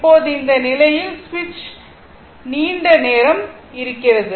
இப்போது இந்த நிலையில் சுவிட்ச் நீண்ட நேரம் இருக்கிறது